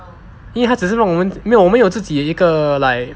因为他只是让我们没有我们有自己一个 like